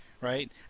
right